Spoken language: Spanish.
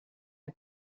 del